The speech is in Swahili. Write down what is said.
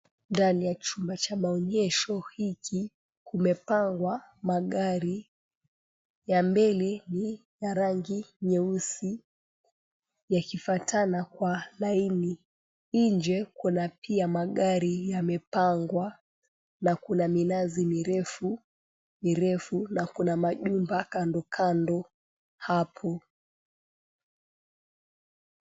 Ndani ya chumba cha maonyesho hichi kumepangwa magari. Ya mbele ni ya rangu nyeusi yakifuatana kwa laini. Inje kuna pia magari yamepangwa na kuna minazi mirefu na kuna majumba kando kando hapo.